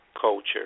culture